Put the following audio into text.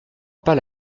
pas